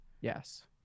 Yes